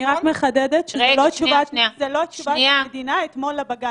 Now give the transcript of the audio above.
אני רק מחדדת שזו לא התשובה של המדינה אתמול לבג"ץ.